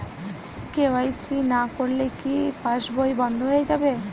KYC না করলে কি পাশবই বন্ধ হয়ে যাবে?